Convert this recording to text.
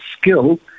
skill